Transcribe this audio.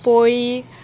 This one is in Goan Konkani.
पोळी